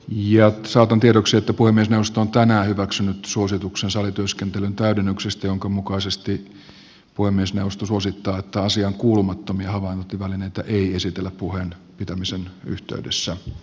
saatan tiedoksi että puhemiesneuvosto on tänään hyväksynyt suosituksen salityöskentelyn täydennyksestä jonka mukaisesti puhemiesneuvosto suosittaa että asiaan kuulumattomia havainnointivälineitä ei esitellä puheen pitämisen yhteydessä